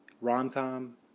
rom-com